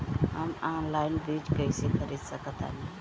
हम ऑनलाइन बीज कईसे खरीद सकतानी?